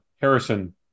Harrison